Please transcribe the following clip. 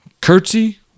curtsy